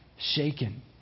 shaken